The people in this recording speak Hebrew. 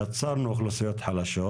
יצרנו אוכלוסיות חלשות,